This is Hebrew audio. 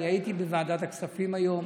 אני הייתי בוועדת הכספים היום,